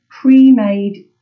pre-made